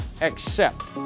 accept